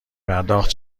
پرداخت